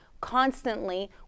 constantly